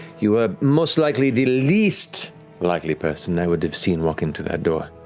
you are most likely the least likely person i would have seen walk into that door.